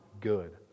good